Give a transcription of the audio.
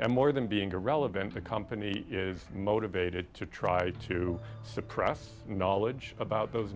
and more than being irrelevant the company is motivated to try to suppress knowledge about those